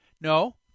No